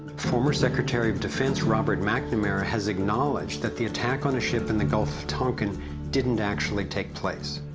former secretary of defense robert mcnamara has acknowledged, that the attack on a ships in the gulf tonkin didn't actually take place.